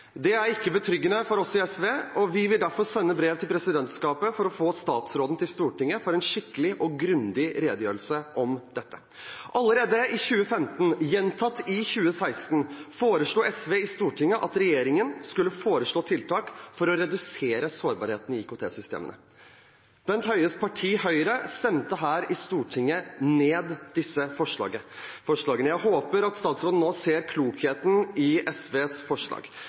Det er ikke betryggende for oss i SV, og vi vil derfor sende brev til presidentskapet for å få statsråden til Stortinget for en skikkelig og grundig redegjørelse om dette. Allerede i 2015, gjentatt i 2016, foreslo SV i Stortinget at regjeringen skulle foreslå tiltak for å redusere sårbarheten i IKT-systemene. Bent Høies parti, Høyre, stemte her i Stortinget ned disse forslagene. Jeg håper at statsråden nå ser klokheten i SVs forslag.